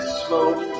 smoke